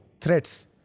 threats